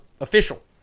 official